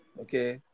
okay